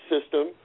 system